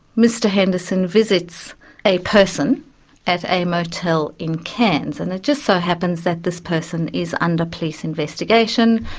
mr henderson visits a person at a motel in cairns, and it just so happens that this person is under police investigation.